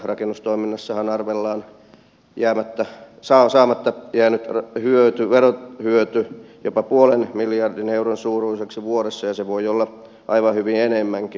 rakennustoiminnassahan arvellaan saamatta jäänyt verohyöty jopa puolen miljardin euron suuruiseksi vuodessa ja se voi olla aivan hyvin enemmänkin